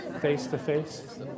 Face-to-face